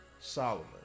Solomon